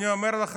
אני אומר לך,